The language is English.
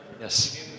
Yes